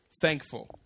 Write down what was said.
thankful